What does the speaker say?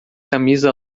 camisa